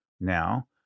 Now